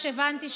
הבנתי,